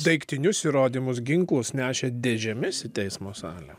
daiktinius įrodymus ginklus nešė dėžėmis į teismo salę